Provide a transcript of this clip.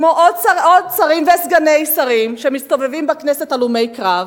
כמו עוד שרים וסגני שרים שמסתובבים בכנסת הלומי קרב,